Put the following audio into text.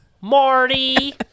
Marty